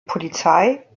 polizei